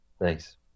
Thanks